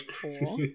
Cool